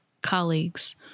colleagues